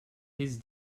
his